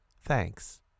Thanks